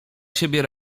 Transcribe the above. siebie